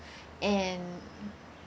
and